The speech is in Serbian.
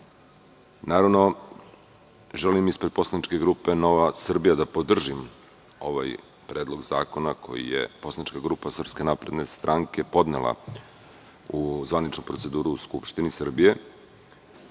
Naravno, želim ispred poslaničke grupe Nova Srbija da podržim ovaj predlog zakona koji je poslanička grupa SNS podnela u zvaničnu proceduru u Skupštini Srbije.